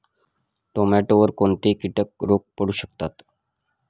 टोमॅटोवर कोणते किटक रोग पडू शकतात?